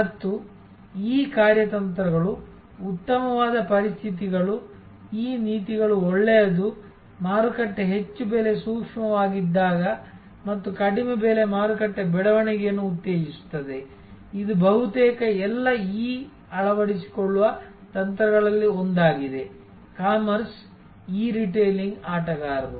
ಮತ್ತು ಈ ಕಾರ್ಯತಂತ್ರಗಳು ಉತ್ತಮವಾದ ಪರಿಸ್ಥಿತಿಗಳು ಈ ನೀತಿಗಳು ಒಳ್ಳೆಯದು ಮಾರುಕಟ್ಟೆ ಹೆಚ್ಚು ಬೆಲೆ ಸೂಕ್ಷ್ಮವಾಗಿದ್ದಾಗ ಮತ್ತು ಕಡಿಮೆ ಬೆಲೆ ಮಾರುಕಟ್ಟೆ ಬೆಳವಣಿಗೆಯನ್ನು ಉತ್ತೇಜಿಸುತ್ತದೆ ಇದು ಬಹುತೇಕ ಎಲ್ಲ ಇ ಅಳವಡಿಸಿಕೊಳ್ಳುವ ತಂತ್ರಗಳಲ್ಲಿ ಒಂದಾಗಿದೆ ಕಾಮರ್ಸ್ ಇ ರಿಟೇಲಿಂಗ್ ಆಟಗಾರರು